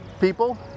people